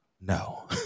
no